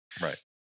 Right